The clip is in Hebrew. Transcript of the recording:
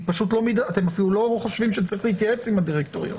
אתם אפילו לא חושבים שצריך להתייעץ עם הדירקטוריון.